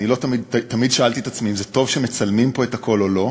תמיד שאלתי את עצמי אם זה טוב שמצלמים פה הכול או לא.